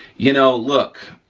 you know look,